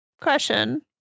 Question